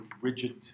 rigid